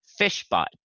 FishBot